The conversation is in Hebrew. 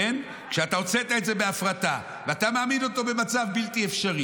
כשאתה הוצאת את זה בהפרטה ואתה מעמיד אותו במצב בלתי אפשרי.